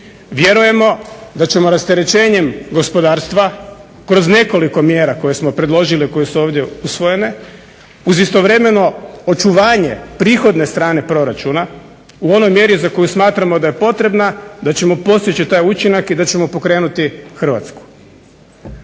Vjerujemo da ćemo rasterećenjem gospodarstva kroz nekoliko mjera koje smo predložili, koje su ovdje usvojene, uz istovremeno očuvanje prihodne strane proračuna u onoj mjeri za koju smatramo da je potrebna, da ćemo postići taj učinak i da ćemo pokrenuti Hrvatsku.